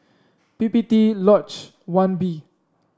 P P T Lodge One B